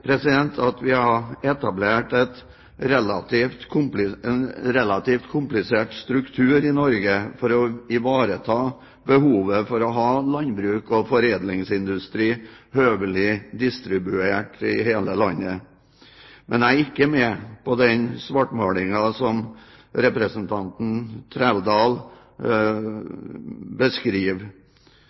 at vi har etablert en relativt komplisert struktur i Norge for å ivareta behovet for å ha landbruk og foredlingsindustri høvelig distribuert i hele landet. Men jeg er ikke med på den svartmalingen som representanten